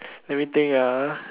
everything ah